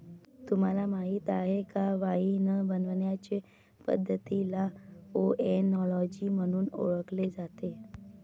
तुम्हाला माहीत आहे का वाइन बनवण्याचे पद्धतीला ओएनोलॉजी म्हणून ओळखले जाते